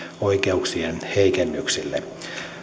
oikeuksien heikennyksille